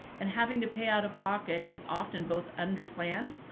and having to pay out of pocket is often both under planned,